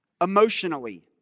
emotionally